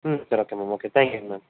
ம் சரி okay ma'am okay thank யூங்க மேம்